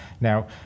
Now